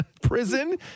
Prison